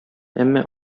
әмма